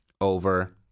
over